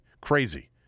Crazy